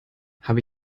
habe